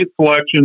selection